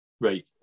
Right